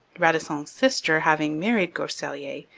radisson's sister having married groseilliers,